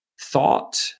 thought